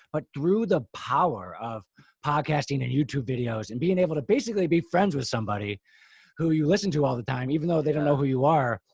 but through the power of podcasting and youtube videos and being able to basically be friends with somebody who you listen to all the time, even though they don't know who you are,